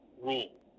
rule